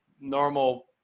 normal